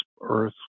earth